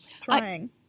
trying